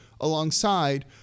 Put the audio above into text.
alongside